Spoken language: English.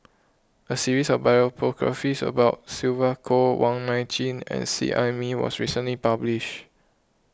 a series of biographies about Sylvia Kho Wong Nai Chin and Seet Ai Mee was recently published